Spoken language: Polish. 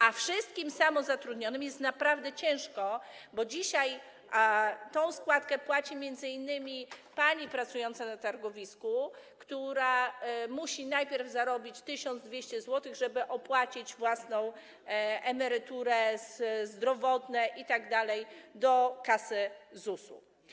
A wszystkim samozatrudnionym jest naprawdę ciężko, bo dzisiaj tę składkę płaci m.in. pani pracująca na targowisku, która musi najpierw zarobić 1200 zł, żeby wnieść składkę na własną emeryturę, ubezpieczenie zdrowotne itd. do kasy ZUS-u.